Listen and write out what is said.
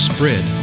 Spread